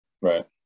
right